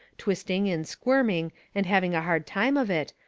twisting and squirming and having a hard time of it,